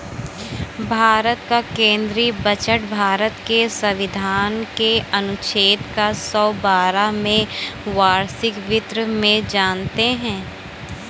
भारत का केंद्रीय बजट भारत के संविधान के अनुच्छेद एक सौ बारह में वार्षिक वित्त में जानते है